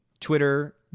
Twitter